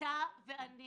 אתה ואני